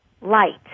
light